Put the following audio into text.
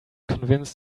convince